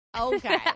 Okay